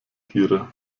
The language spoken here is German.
tiere